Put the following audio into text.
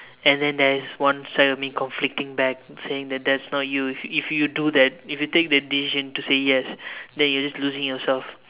and then there is one side of me conflicting back saying that that's not you if if you do that if you take the decision to say yes then you're just losing yourself